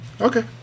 Okay